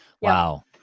Wow